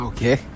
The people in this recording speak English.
Okay